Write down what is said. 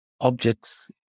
Objects